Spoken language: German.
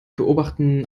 beobachten